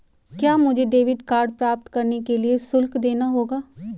क्या मुझे debit card प्राप्त करने के लिए शुल्क देना होगा?